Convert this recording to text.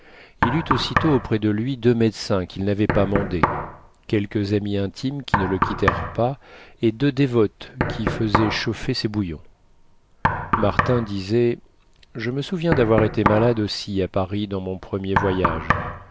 il eut aussitôt auprès de lui deux médecins qu'il n'avait pas mandés quelques amis intimes qui ne le quittèrent pas et deux dévotes qui fesaient chauffer ses bouillons martin disait je me souviens d'avoir été malade aussi à paris dans mon premier voyage